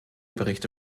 berichte